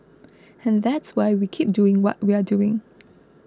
and that's why we keep doing what we're doing